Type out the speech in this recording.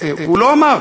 הוא לא אמר,